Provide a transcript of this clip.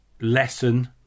lesson